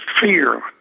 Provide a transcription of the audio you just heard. fear